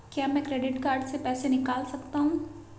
क्या मैं credit card से पैसे निकाल सकता हूँ?